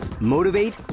motivate